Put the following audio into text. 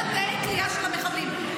על תנאי הכליאה של המחבלים,